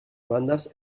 bandas